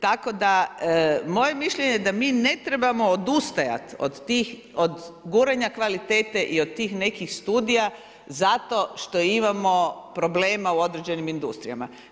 Tako da moje je mišljenje da mi ne trebamo odustajati od guranja kvalitete i od tih nekih studija zato što imamo problema u određenim industrijama.